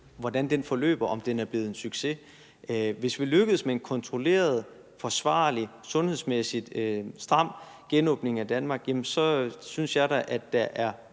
samfund forløber, og om den er blevet en succes. Hvis vi lykkes med en kontrolleret, forsvarlig og sundhedsmæssigt stram genåbning af Danmark, synes jeg da, at der er